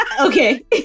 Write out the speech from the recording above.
Okay